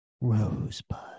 Rosebud